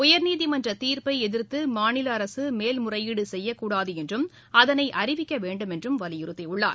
உயர்நீதிமன்ற தீர்ப்பை எதிர்த்து மாநில அரசு மேல்முறையீடு செய்யக்கூடாது என்றும் அதனை அறிவிக்க வேண்டும் என்றும் வலியுறுத்தியுள்ளார்